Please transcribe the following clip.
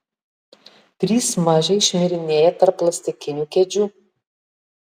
trys mažiai šmirinėja tarp plastikinių kėdžių